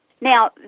Now